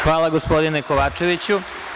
Hvala, gospodine Kovačeviću.